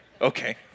Okay